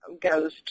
goes